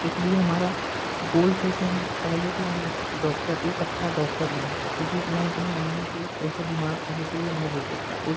इसलिए हमारा गोल्स है कि हम पहले तो हम डॉक्टर एक अच्छा डॉक्टर बनूँ क्योंकि मैं अपने मम्मी को ऐसा बीमार होते हुए नहीं देख सकता एक